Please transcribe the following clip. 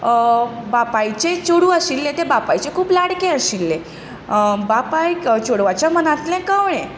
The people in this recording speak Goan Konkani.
बापायचें चेडूं आशिल्लें तें बापायचें खूब लाडकें आशिल्लें बापायक चेडवाच्या मनांतलें कळ्ळें